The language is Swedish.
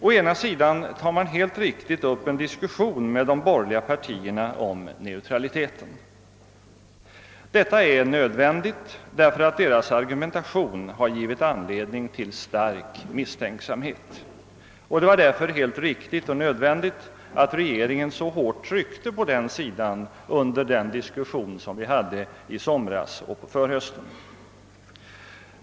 Å ena sidan tar man helt riktigt upp en diskussion med de borgerliga partierna om neutraliteten. Detta är nödvändigt därför att deras argumentation givit anledning till stark misstänksamhet — det var alltså helt riktigt att regeringen så hårt tryckte på den sidan under den diskussion vi hade i somras och på förhösten.